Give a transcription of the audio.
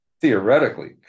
theoretically